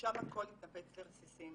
שם הכול התנפץ לרסיסים.